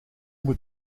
moet